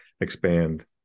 expand